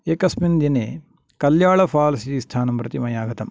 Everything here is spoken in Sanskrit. एकस्मिन् दिने कल्लालफाल्स् इति स्थानं मया गतम्